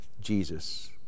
Jesus